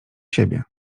siebie